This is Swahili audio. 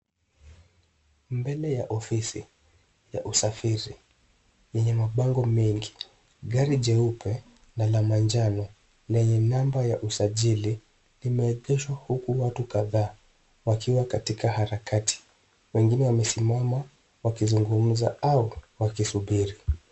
Mbele ya ofisi ya usafiri yenye mabango mengi. Gari jeupe na la manjano lenye namba ya usajili limeegeshwa huku watu kadhaa wakiwa katika harakati. Wengine wamesimama wakizugumza au wakisubiri.